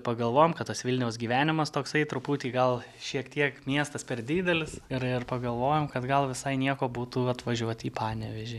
pagalvojome kad tas vilniaus gyvenimas toksai truputį gal šiek tiek miestas per didelis ir ir pagalvojom kad gal visai nieko būtų atvažiuoti į panevėžį